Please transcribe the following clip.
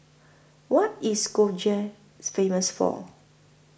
What IS Skopje Famous For